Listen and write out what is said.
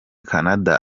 canada